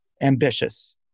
ambitious